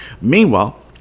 Meanwhile